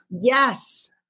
Yes